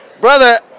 Brother